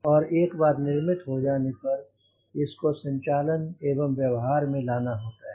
और एक बार निर्मित हो जाने पर इसको संचालन एवं व्यवहार में लाना होता है